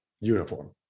uniform